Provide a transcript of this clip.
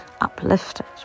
uplifted